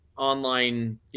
online